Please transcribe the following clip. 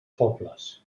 pobles